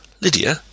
Lydia